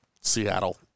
Seattle